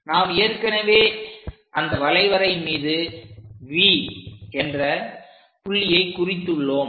நாம் ஏற்கனவே அந்த வளைவரையின் மீது V என்ற புள்ளியை குறித்துள்ளோம்